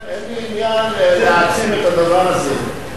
אין לי עניין להעצים את הדבר הזה.